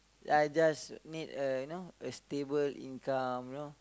I just need a you know a stable income you know